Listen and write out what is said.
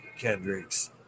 Kendricks